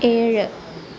ഏഴ്